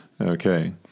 Okay